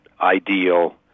ideal